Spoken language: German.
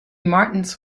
martins